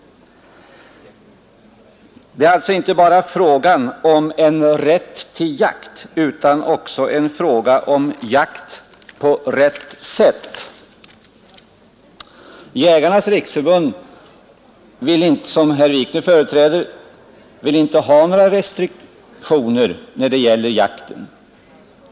Detta är alltså inte bara en fråga om en rätt till jakt utan också en fråga om jakt på rätt sätt. Jägarnas riksförbund-Landsbygdens jägare, som herr Wikner företräder, vill inte ha några restriktioner när det gäller jakten.